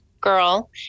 girl